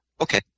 okay